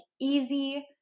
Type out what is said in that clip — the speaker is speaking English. easy